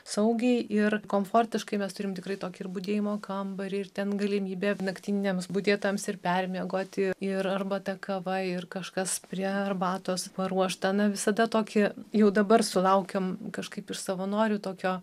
saugiai ir komfortiškai mes turim tikrai tokį ir budėjimo kambarį ir ten galimybę naktiniams budėtojams ir permiegoti ir arbata kava ir kažkas prie arbatos paruošta visada tokį jau dabar sulaukiam kažkaip iš savanorių tokio